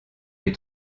les